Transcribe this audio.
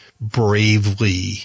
bravely